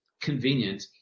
Convenient